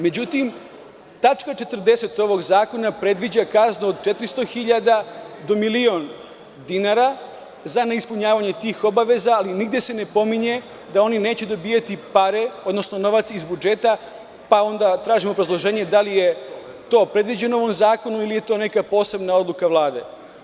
Međutim, tačka 40) ovog zakona predviđa kaznu od 400.000 do 1.000.000 dinara za neispunjavanje tih obaveza, ali nigde se ne pominje da oni neće dobijati pare, odnosno novac iz budžeta, pa onda tražimo obrazloženje da li je to predviđeno u ovom zakonu ili je to neka posebna odluka Vlade.